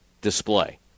display